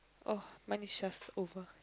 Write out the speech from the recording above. oh mine is just over